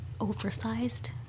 oversized